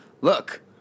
look